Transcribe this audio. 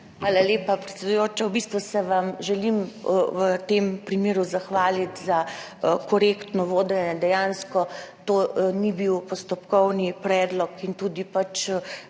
Hvala lepa, predsedujoča. V bistvu se vam želim v tem primeru zahvaliti za korektno vodenje, dejansko to ni bil postopkovni predlog in tudi kar